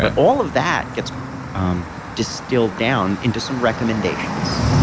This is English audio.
but all of that gets um distilled down into some recommendations.